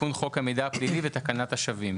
תיקון חוק המידע הפלילי ותקנת השבים.